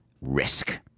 risk